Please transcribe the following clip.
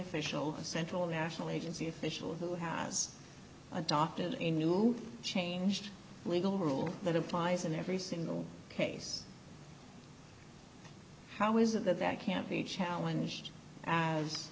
official the central national agency official who has adopted a new changed legal rule that applies in every single case how is it that that can't be challenged as